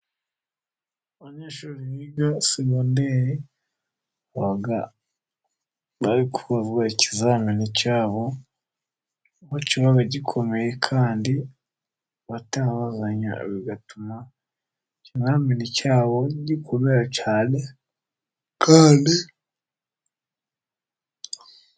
Abanyeshuri biga muri segonderi, ikizamini cyabo kiba gikomeye kandi batabazanya bigatuma ikizamini cyabo kikubera cyiza kandi...